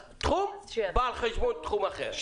אז תחום בא על חשבון תחום אחר.